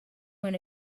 when